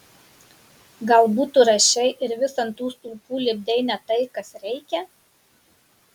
galbūt tu rašei ir vis ant tų stulpų lipdei ne tai kas reikia